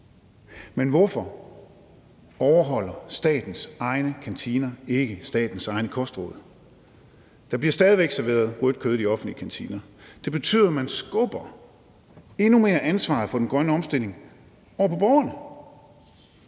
Men hvorfor overholder statens egne kantiner ikke statens egne kostråd? Der bliver stadig væk serveret rødt kød i de offentlige kantiner. Det betyder, at man skubber ansvaret for den grønne omstilling endnu mere over på borgerne.